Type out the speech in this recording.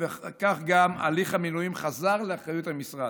וכך חזר גם הליך המינויים לאחריות המשרד.